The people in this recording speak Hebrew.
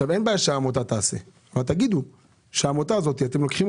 אין בעיה שהעמותה תעשה אבל תגידו שאת העמותה הזאת אתם לוקחים